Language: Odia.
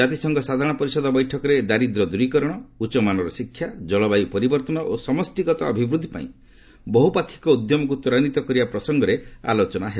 ଜ୍ରାତିସଂଘ ସାଧାରଣ ପରିଷଦ ବୈଠକରେ ଦାରିଦ୍ର୍ୟ ଦୂରୀକରଣ ଉଚ୍ଚମାନର ଶିକ୍ଷା ଜଳବାୟୁ ପରିବର୍ତ୍ତନ ଓ ସମଷ୍ଟିଗତ ଅଭିବୃଦ୍ଧି ପାଇଁ ବହୁପାକ୍ଷୀକ ଉଦ୍ୟମକୁ ତ୍ୱରାନ୍ୱିତ କରିବା ପ୍ରସଙ୍ଗରେ ଆଲୋଚନା ହେବ